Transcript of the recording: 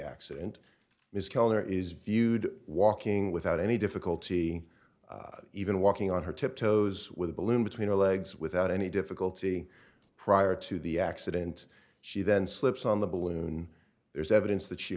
accident ms keller is viewed walking without any difficulty even walking on her tiptoes with a balloon between her legs without any difficulty prior to the accident she then slips on the balloon there's evidence that she